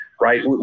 right